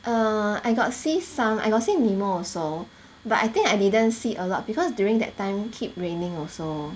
err I got see some I got see nemo also but I think I didn't see a lot because during that time keep raining also